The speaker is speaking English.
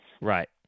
Right